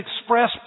Express